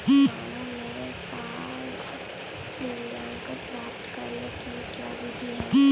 गाँवों में साख मूल्यांकन प्राप्त करने की क्या विधि है?